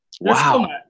Wow